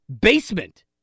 basement